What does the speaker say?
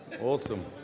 Awesome